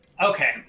Okay